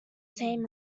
same